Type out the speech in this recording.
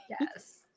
Yes